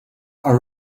are